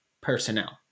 personnel